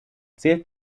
zählt